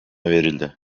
verildi